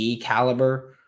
caliber